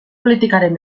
politikaren